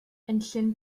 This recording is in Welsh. enllyn